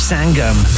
Sangam